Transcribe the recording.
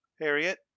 Harriet